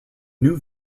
new